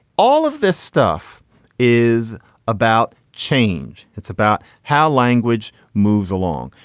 all of this stuff is about change. it's about how language moves along.